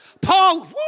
Paul